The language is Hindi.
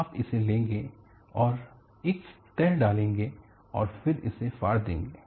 आप इसे लेंगे और एक तह डालेंगे और फिर इसे फाड़ देंगे